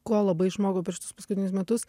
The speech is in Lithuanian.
ko labai išmokau per šitus paskutinius metus